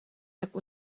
tak